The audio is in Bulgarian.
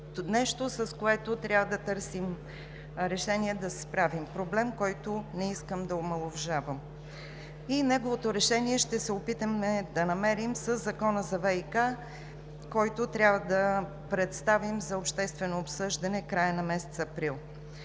нещо, за което трябва да търсим решение да се справим, проблем, който не искам да омаловажавам. Неговото решение ще се опитаме да намерим със Закона за ВиК, който трябва да представим за обществено обсъждане в края на месец април